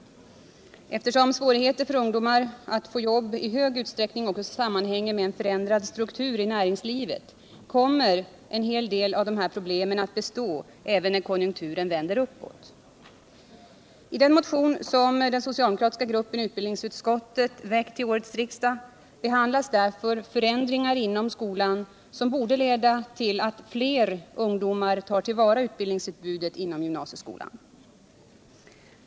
Eftersom svårigheterna för ungdomar att få jobb i stor utsträckning sammanhänger med en förändrad struktur i näringslivet kommer en hel del av problemen att bestå även när konjunkturen vänder uppåt. I den motion som den socialdemokratiska gruppen i utbildningsutskottet har väckt till årets riksdag behandlas därför förändringar inom skolan som borde leda till att allt fler ungdomar tar till vara utbildningsutbudet inom gymnasieskolan.